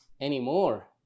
anymore